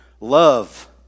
Love